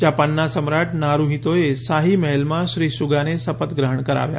જાપાનના સમ્રાટ નારૂહિતોએ શાહી મહલમાં શ્રી સુગાને શપથ ગ્રહણ કરાવ્યા